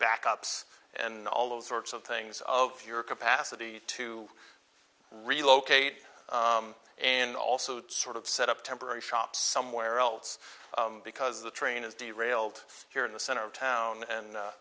backups and all those sorts of things of your capacity to relocate and also sort of set up temporary shop somewhere else because the train is derailed here in the center of town and